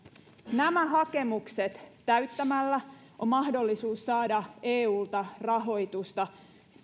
nämä hakemukset täyttämällä on mahdollisuus saada eulta rahoitusta